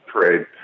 parade